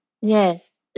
yes